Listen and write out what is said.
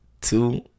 Two